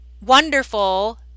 wonderful